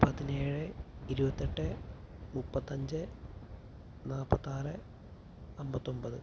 പതിനേഴ് ഇരുപത്തെട്ട് മുപ്പത്തഞ്ച് നാൽപത്താറ് അമ്പത്തൊമ്പത്